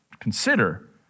consider